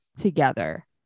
together